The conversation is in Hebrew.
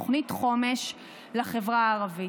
תוכנית חומש לחברה הערבית.